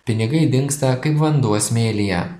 pinigai dingsta kaip vanduo smėlyje